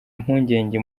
impungenge